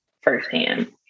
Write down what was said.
firsthand